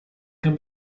can